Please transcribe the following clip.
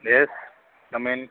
yes come in